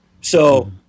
So-